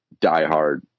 diehard